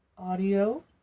audio